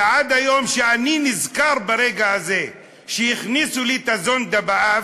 ועד היום כשאני נזכר ברגע הזה שהכניסו לי את הזונדה באף,